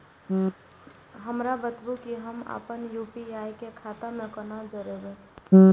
हमरा बताबु की हम आपन यू.पी.आई के खाता से कोना जोरबै?